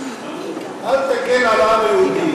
אל תגן על העם היהודי.